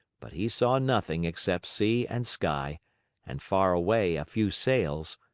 but he saw nothing except sea and sky and far away a few sails,